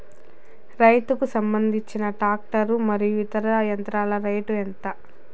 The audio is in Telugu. రైతుకు సంబంధించిన టాక్టర్ మరియు ఇతర యంత్రాల రేటు ఎంత?